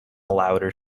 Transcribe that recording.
louder